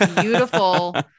beautiful